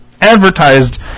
advertised